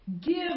give